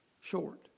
Short